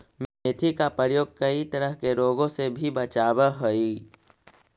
मेथी का प्रयोग कई तरह के रोगों से भी बचावअ हई